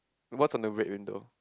what's on the red window